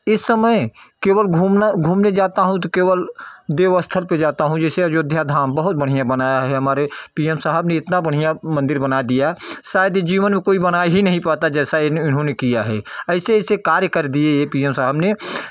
इस समय केवल घूमना घूमने जाता हूँ तो केवल देव स्थल पे जाता हूँ जैसे अयोध्या धाम बहुत बढ़िया बनाया हुआ हमारे पी एम साहब ने इतना बढ़िया मंदिर बना दिया शायद इस जीवन में कोई बना ही नहीं पाता जैसा इन्होंने किया है ऐसे ऐसे कार्य कर दिए पी एम साहब ने